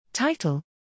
Title